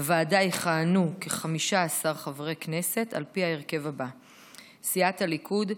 בוועדה יכהנו 15 חברי כנסת על פי ההרכב הזה: סיעת הליכוד,